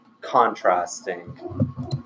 contrasting